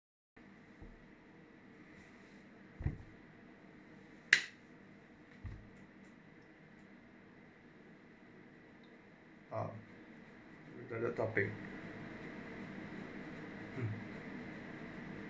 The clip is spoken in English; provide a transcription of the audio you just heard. topic